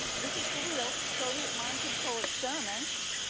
this is for real, soviet mind control experiments,